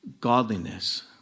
godliness